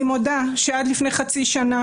אני מודה שעד לפני חצי שנה,